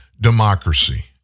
democracy